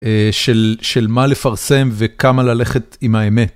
של מה לפרסם וכמה ללכת עם האמת.